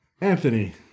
Anthony